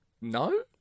No